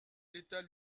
l’état